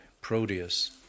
Proteus